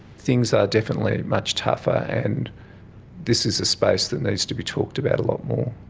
things are definitely much tougher and this is a space that needs to be talked about a lot more.